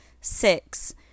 Six